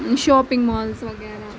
shopping malls وغیرہ